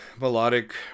melodic